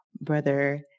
Brother